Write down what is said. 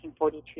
1942